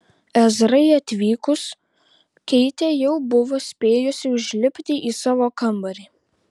ezrai atvykus keitė jau buvo spėjusi užlipti į savo kambarį